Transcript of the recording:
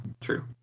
true